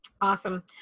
Awesome